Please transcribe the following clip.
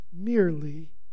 merely